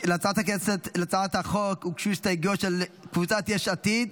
להצעת החוק הוגשו הסתייגויות של קבוצת יש עתיד.